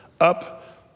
up